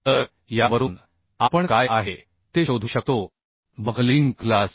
तर यावरून आपण काय आहे ते शोधू शकतो बकलिंग क्लास